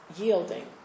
yielding